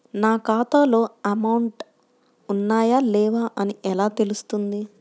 నా ఖాతాలో అమౌంట్ ఉన్నాయా లేవా అని ఎలా తెలుస్తుంది?